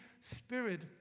Spirit